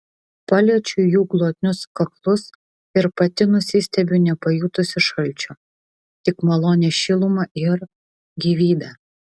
paliečiu jų glotnius kaklus ir pati nusistebiu nepajutusi šalčio tik malonią šilumą ir gyvybę